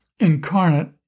incarnate